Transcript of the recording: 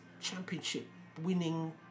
championship-winning